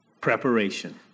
preparation